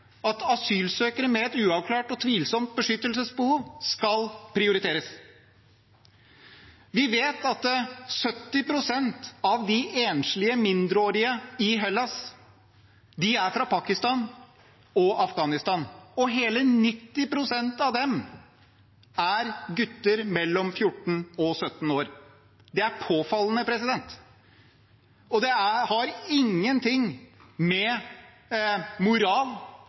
at asylsøkere med et uavklart og tvilsomt beskyttelsesbehov skal prioriteres. Vi vet at 70 pst. av de enslige mindreårige i Hellas er fra Pakistan og Afghanistan. Hele 90 pst. av dem er gutter mellom 14 år og 17 år. Det er påfallende. Det har ingen ting med moral